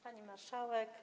Pani Marszałek!